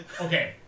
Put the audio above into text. Okay